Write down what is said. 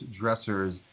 dressers